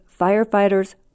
firefighters